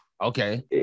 Okay